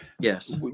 Yes